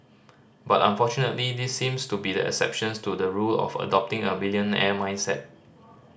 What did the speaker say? but unfortunately these seem to be the exceptions to the rule of adopting a millionaire mindset